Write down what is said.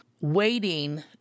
waiting